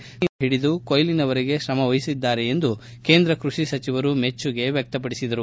ಬಿತ್ತನೆಯಿಂದ ಹಿಡಿದು ಕೊಯ್ಲಿನವರೆಗೆ ಶ್ರಮವಹಿಸುತ್ತಿದ್ದಾರೆಂದು ಕೇಂದ್ರ ಕೃಷಿ ಸಚಿವರು ಮೆಚ್ಚುಗೆ ವ್ಯಕ್ತಪಡಿಸಿದರು